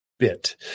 bit